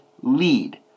lead